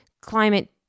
climate